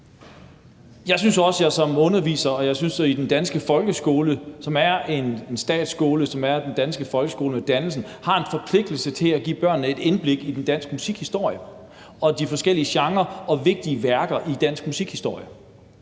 Jeg synes også, at jeg som underviser og at man i den danske folkeskole, som er en statskole og en skole for dannelse, har en forpligtelse til at give børnene et indblik i den danske musikhistorie og de forskellige genrer og vigtige værker i dansk musikhistorie.